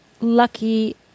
lucky